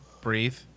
Breathe